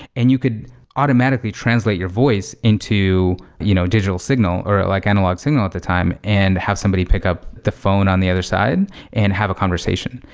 and you could automatically translate your voice into you know digital signal or like analog signal at the time and have somebody pick up the phone on the other side and have a conversation.